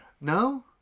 No